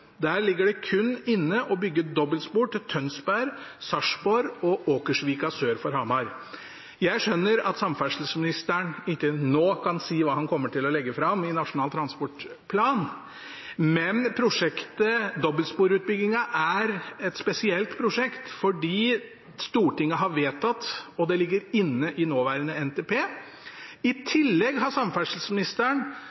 Der ligger det kun inne å bygge dobbeltspor til Tønsberg, Sarpsborg og Åkersvika, sør for Hamar. Jeg skjønner at samferdselsministeren ikke nå kan si hva han kommer til å legge fram i Nasjonal transportplan, men prosjektet «dobbeltsporutbyggingen» er et spesielt prosjekt fordi Stortinget har vedtatt det, og det ligger inne i nåværende NTP. I